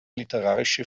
literarische